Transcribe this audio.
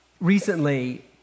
Recently